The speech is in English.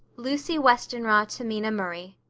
lucy westenra to mina murray.